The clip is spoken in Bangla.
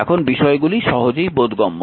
এখন বিষয়গুলি সহজেই বোধগম্য